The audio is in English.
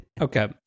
Okay